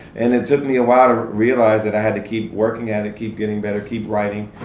and it took me a while to realize that i had to keep working at it, keep getting better, keep writing,